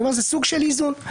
זה סוג של איזון.